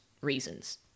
reasons